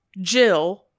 Jill